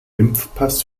impfpass